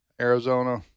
Arizona